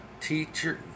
teacher